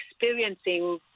experiencing